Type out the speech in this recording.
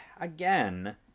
again